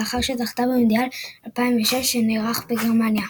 לאחר שזכתה במונדיאל 2006 שנערך בגרמניה.